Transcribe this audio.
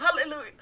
Hallelujah